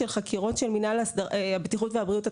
תן לנו סמכות לסגור אתר של הרוג למשך 30 יום,